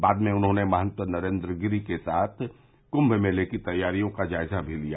बाद में उन्होंने महन्त नरेन्द्गिरी जी के साथ क्म मेंले की तैयारियों का जायजा भी लिया